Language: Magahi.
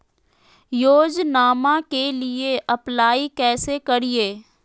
योजनामा के लिए अप्लाई कैसे करिए?